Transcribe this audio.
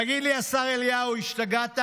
תגיד לי, השר אליהו, השתגעת?